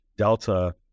Delta